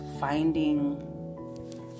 finding